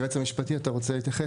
היועץ המשפטי, אתה רוצה להתייחס?